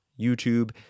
YouTube